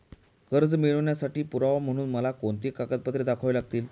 कर्ज मिळवण्यासाठी पुरावा म्हणून मला कोणती कागदपत्रे दाखवावी लागतील?